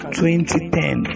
2010